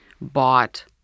bought